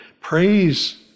Praise